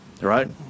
right